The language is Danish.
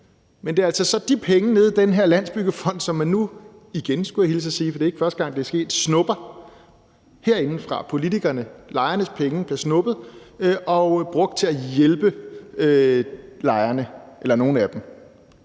Men det er altså de penge nede i den Landsbyggefond, som man nu – igen, skulle jeg hilse og sige, for det er jo ikke første gang, det er sket – snupper herinde fra politikernes side. Lejernes penge bliver snuppet og brugt til at hjælpe lejerne, eller nogle af dem.